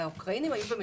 האוקראינים היו במצוקה.